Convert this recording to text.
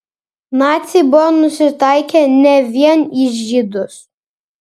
naciai buvo nusitaikę ne vien į žydus